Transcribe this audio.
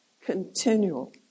Continual